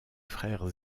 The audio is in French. frères